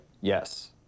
Yes